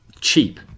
cheap